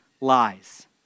lies